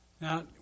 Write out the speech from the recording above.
Now